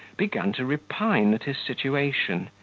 began to repine at his situation,